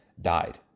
died